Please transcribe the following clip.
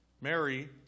Mary